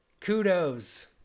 kudos